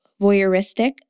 voyeuristic